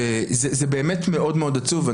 וזה באמת מאוד מאוד עצוב.